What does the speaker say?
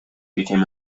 became